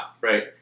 right